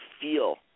feel